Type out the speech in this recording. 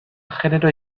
genero